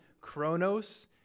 chronos